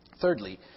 Thirdly